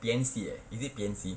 P_N_C eh is it P_N_C